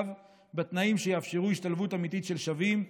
בתנאים שיאפשרו השתלבות אמיתית של שווים.